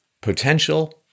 potential